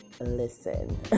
listen